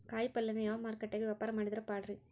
ಕಾಯಿಪಲ್ಯನ ಯಾವ ಮಾರುಕಟ್ಯಾಗ ವ್ಯಾಪಾರ ಮಾಡಿದ್ರ ಪಾಡ್ರೇ?